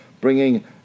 bringing